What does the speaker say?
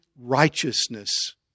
righteousness